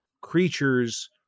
creatures